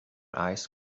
eyes